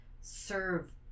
serve